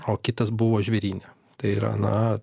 o kitas buvo žvėryne tai yra na